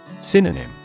Synonym